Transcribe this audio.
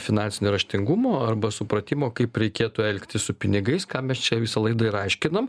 finansinio raštingumo arba supratimo kaip reikėtų elgtis su pinigais ką mes čia visą laidą ir aiškinam